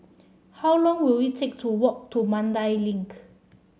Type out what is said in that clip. how long will it take to walk to Mandai Link